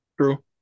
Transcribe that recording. True